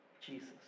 Jesus